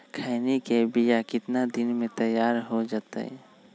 खैनी के बिया कितना दिन मे तैयार हो जताइए?